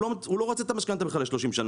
הוא לא רוצה את המשכנתא בכלל ל-30 שנה.